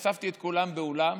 אספתי את כולם באולם